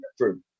True